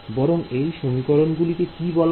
বরং এই সমীকরণ গুলিকে কি বলা হয়